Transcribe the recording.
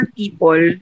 people